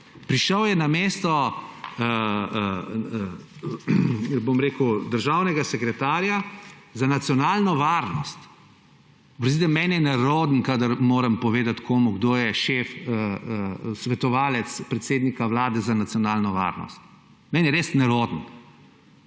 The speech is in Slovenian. prišel je na mesto državnega sekretarja za nacionalno varnost. Oprostite, meni je narodno, kadar moram povedati komu, kdo je svetovalec predsednika Vlade za nacionalno varnost. Meni je res nerodno.